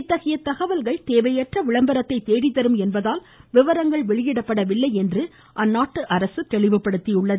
இத்தகையை தகவல்கள் தேவையற்ற விளம்பரத்தை தேடி தரும் என்பதால் விவரங்கள் வெளியிடப்படவில்லை என்று அரசு தெளிவுபடுத்தியுள்ளது